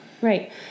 Right